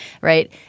right